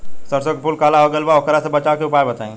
सरसों के फूल काला हो गएल बा वोकरा से बचाव के उपाय बताई?